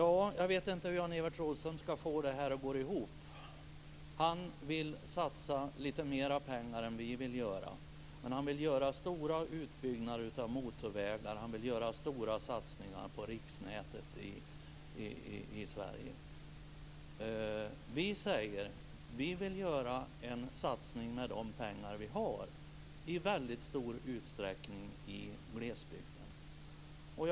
Jag vet inte hur Jan-Evert Rådhström ska få det här att gå ihop. Han vill satsa lite mer pengar än vi vill göra, men han vill göra stora utbyggnader av motorvägar och stora satsningar på riksnätet i Sverige. Vi säger att vi vill göra en satsning med de pengar vi har, i väldigt stor utsträckning i glesbygden.